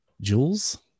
Jules